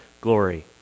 glory